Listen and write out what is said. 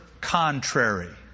contrary